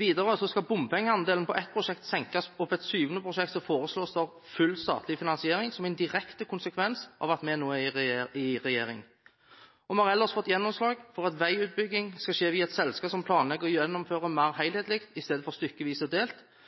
Videre skal bompengeandelen på ett prosjekt senkes og på et syvende prosjekt foreslås full statlig finansiering som en direkte konsekvens av at vi nå er i regjering. Vi har ellers fått gjennomslag for at veiutbygging skal skje via et selskap som planlegger og gjennomfører mer helhetlig i stedet for stykkevis og delt.